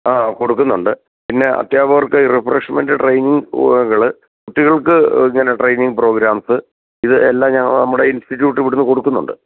ആ കൊടുക്കുന്നുണ്ട് പിന്നെ അദ്ധ്യാപകർക്ക് റിഫ്രഷ്മെൻറ്റ് ട്രെയിനിങ്ങുകൾ കുട്ടികൾക്ക് ഇങ്ങനെ ട്രെയിനിങ്ങ് പ്രോഗ്രാംസ് ഇത് എല്ലാം നമ്മുടെ ഇൻസ്റ്റിറ്റ്യൂട്ട് ഇവിടുന്ന് കൊടുക്കുന്നുണ്ട്